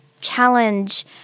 challenge